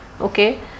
okay